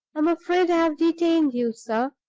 i'm afraid i have detained you, sir.